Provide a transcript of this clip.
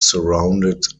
surrounded